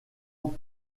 ans